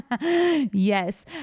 Yes